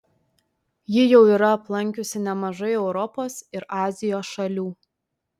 ji jau yra aplankiusi nemažai europos ir azijos šalių